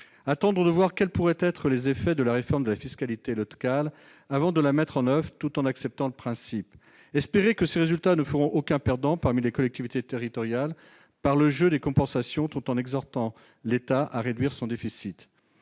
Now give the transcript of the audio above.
Attendre de voir quels pourraient être les effets de la réforme de la fiscalité locale avant de la mettre en oeuvre, tout en en acceptant le principe. Espérer que ses résultats ne feront aucun perdant parmi les collectivités territoriales par le jeu des compensations, tout en exhortant l'État à réduire son déficit.